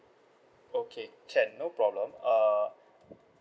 okay can no problem uh